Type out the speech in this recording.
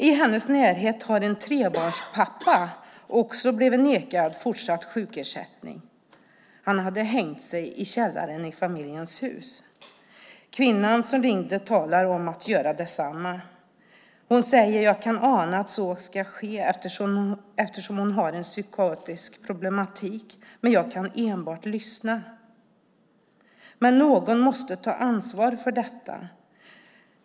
I hennes närhet har en trebarnspappa också blivit nekad fortsatt sjukersättning. Han hade hängt sig i källaren i familjens hus. Kvinnan som ringde talar om att göra detsamma. Hon säger att hon kan ana att så ska ske, eftersom hon har en psykotisk problematik. Kvinnan vid Försäkringskassan kan enbart lyssna. Någon måste ta ansvar för detta.